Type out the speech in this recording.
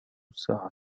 الساعة